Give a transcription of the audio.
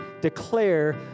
declare